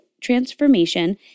transformation